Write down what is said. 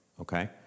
Okay